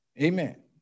amen